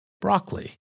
broccoli